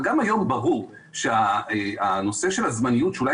אבל גם היום ברור שהנושא של הזמניות שאולי